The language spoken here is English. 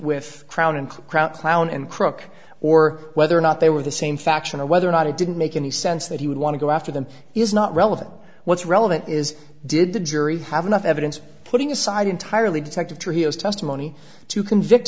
with crown and crown clown and crook or whether or not they were the same faction or whether or not it didn't make any sense that he would want to go after them is not relevant what's relevant is did the jury have enough evidence putting aside entirely detective trujillo's testimony to convict